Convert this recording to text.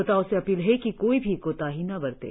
श्रोताओं से अपील है कि कोई भी कोताही न बरतें